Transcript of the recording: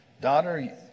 daughter